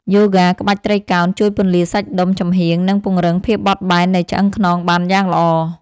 យូហ្គាក្បាច់ត្រីកោណ ជួយពន្លាតសាច់ដុំចំហៀង និងពង្រឹងភាពបត់បែននៃឆ្អឹងខ្នងបានយ៉ាងល្អ។